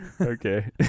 Okay